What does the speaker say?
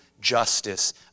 justice